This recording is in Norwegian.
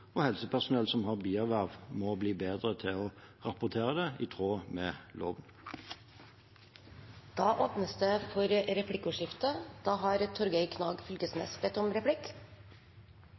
og helsepersonell som har bierverv, må bli bedre til å rapportere, i tråd med loven. Det blir replikkordskifte.